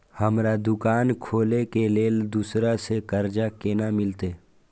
हमरा दुकान खोले के लेल दूसरा से कर्जा केना मिलते?